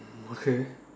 mm okay